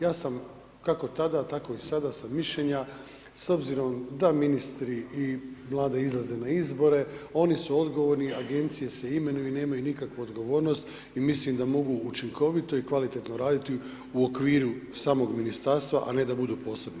Ja sam kako tada, tako i sada sam mišljenja s obzirom da ministri i vlade izlaze na izbore oni su odgovorni, agencije se imenuju i nemaju nikakvu odgovornost i mislim da mogu učinkovito i kvalitetno raditi u okviru samog ministarstva, a ne da budu posebni.